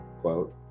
quote